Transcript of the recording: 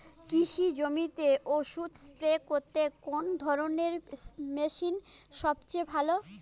কৃষি জমিতে ওষুধ স্প্রে করতে কোন ধরণের মেশিন সবচেয়ে ভালো?